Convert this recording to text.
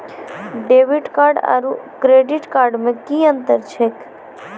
Debit card आरू credit card मे कि अन्तर छैक?